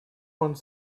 one